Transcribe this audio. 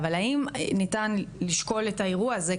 אבל האם ניתן לשקול את האירוע הזה,